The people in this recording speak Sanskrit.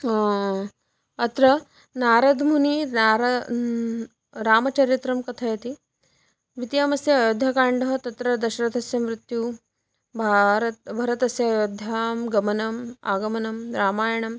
अत्र नारदमुनिः नारदः रामचरित्रं कथयति द्वितीयामस्ति अयोध्यकाण्डं तत्र दशरथस्य मृत्युः भारतः भरतस्य अयोध्यां गमनम् आगमनं रामायणम्